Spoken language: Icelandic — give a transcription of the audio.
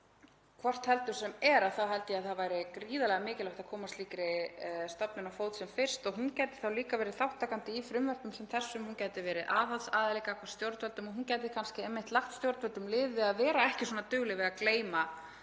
Hvort heldur sem er þá held ég að það væri gríðarlega mikilvægt að koma slíkri stofnun á fót sem fyrst og hún gæti þá líka verið þátttakandi í frumvörpum sem þessum. Hún gæti verið aðhaldsaðili gagnvart stjórnvöldum og hún gæti kannski einmitt lagt stjórnvöldum lið við að vera ekki svona dugleg við að gleyma